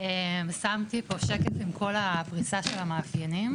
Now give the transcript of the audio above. שמתי פה שקף עם כל הפריסה של המאפיינים